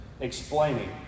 explaining